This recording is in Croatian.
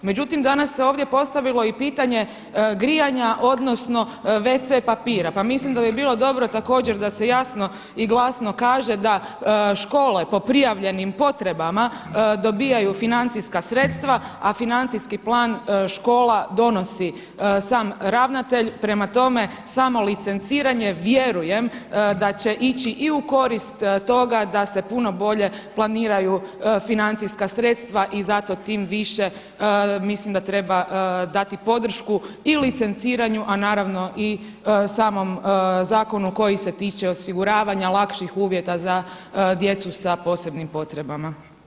Međutim, danas se ovdje postavilo i pitanje grijanja odnosno wc papira, pa mislim da bi bilo dobro također da se jasno i glasno kaže da škole po prijavljenim potrebama dobivaju financijska sredstva a financijski plan škola donosi sam ravnatelj, prema tome samo licenciranje vjerujem da će ići i u korist toga da se puno bolje planiraju financijska sredstva i zato tim više mislim da treba dati podršku i licenciranju a naravno i samom zakonu koji se tiče osiguravanja lakših uvjeta za djecu sa posebnim potrebama.